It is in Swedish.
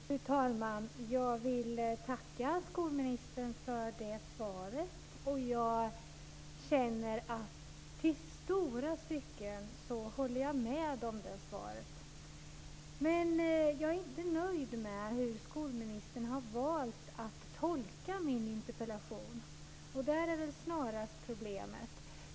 Fru talman! Jag vill tacka skolministern för svaret. Till stora stycken håller jag med om svaret. Men jag är inte nöjd med hur skolministern har valt att tolka min interpellation. Det är snarast problemet.